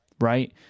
right